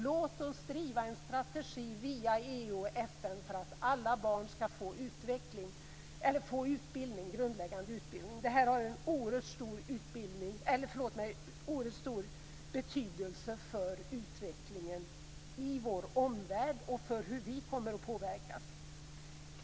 Låt oss driva en strategi via EU och FN för att alla barn ska få grundläggande utbildning. Det har en oerhört stor betydelse för utvecklingen i vår omvärld och för hur vi kommer att påverkas.